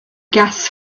gas